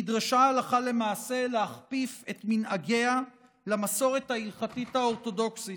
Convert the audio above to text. נדרשה הלכה למעשה להכפיף את מנהגיה למסורת ההלכתית האורתודוקסית.